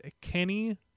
Kenny